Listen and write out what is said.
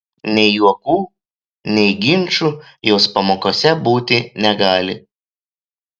nei juokų nei ginčų jos pamokose būti negali